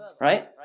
right